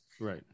Right